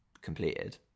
completed